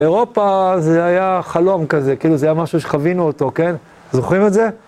אירופה זה היה חלום כזה, כאילו זה היה משהו שחווינו אותו, כן? זוכרים את זה?